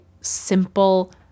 simple